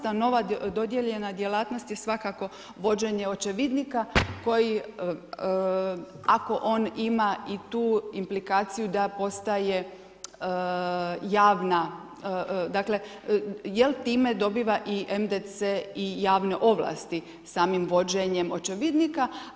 A nova, dodijeljena djelatnost, je svakako vođenje očevidnika, koje ako on ima i tu implikaciju da postaje javna, dakle, jel time dobiva i MDC i javne ovlasti samim očevidnika.